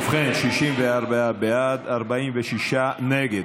ובכן, 64 בעד, 46 נגד.